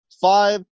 five